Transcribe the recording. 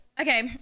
Okay